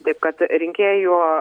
taip kad rinkėjų